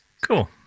Cool